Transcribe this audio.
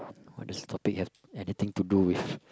this topic have anything to do with